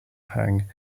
hang